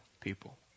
people